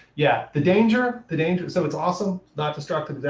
yeah the danger the danger so it's also not destructive.